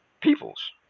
peoples